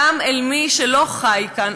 גם אל מי שלא חי כאן,